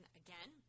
again